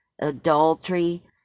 adultery